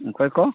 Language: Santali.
ᱚᱱᱠᱟ ᱜᱮᱠᱚ